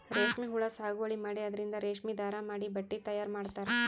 ರೇಶ್ಮಿ ಹುಳಾ ಸಾಗುವಳಿ ಮಾಡಿ ಅದರಿಂದ್ ರೇಶ್ಮಿ ದಾರಾ ಮಾಡಿ ಬಟ್ಟಿ ತಯಾರ್ ಮಾಡ್ತರ್